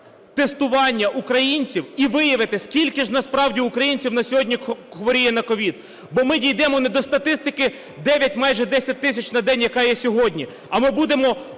тестування українців і виявити, скільки ж насправді українців на сьогодні хворіє на COVID. Бо ми дійдемо не до статистики 9, майже 10 тисяч на день, яка є сьогодні,